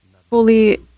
fully